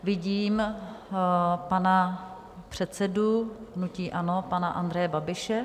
Vidím pana předsedu hnutí ANO pana Andreje Babiše.